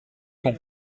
con